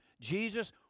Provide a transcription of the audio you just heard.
Jesus